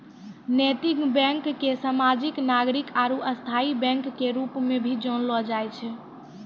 नैतिक बैंक के सामाजिक नागरिक आरू स्थायी बैंक के रूप मे भी जानलो जाय छै